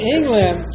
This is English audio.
England